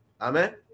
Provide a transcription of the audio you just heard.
Amen